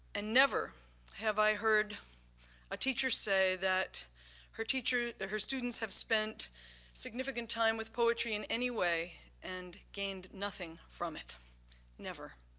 and never have i heard a teacher say that her teacher her students have spent significant time with poetry in any way and gained nothing from it never.